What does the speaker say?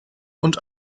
und